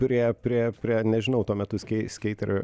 prie prie prie nežinau tuo metu skei skeiterių